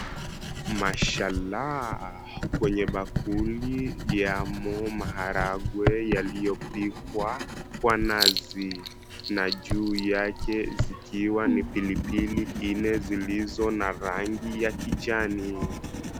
Mashalaa kwenye bakuli yamo maharangwe yaliyopikwa kwa nazi, na juu yake zikiwa ni pilipili nne zilizo na rangi ya kijani.